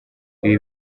ibi